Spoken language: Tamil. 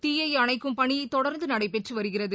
தீயை அணைக்கும் பணி தொடர்ந்து நடைபெற்று வருகிறது